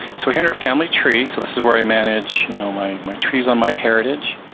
so here under family tree, so this is where i manage, you know, my my trees on myheritage.